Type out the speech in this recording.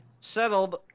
settled